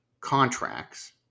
contracts